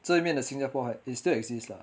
so you mean that 新加坡很 it still exist lah